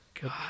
God